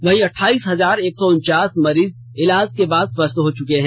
वहीं अठाइस हजार एक सौ उनचास मरीज इलाज के बाद स्वस्थ हो चुके हैं